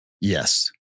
Yes